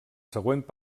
següent